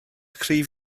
cryf